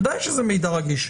ודאי שזה מידע רגיש.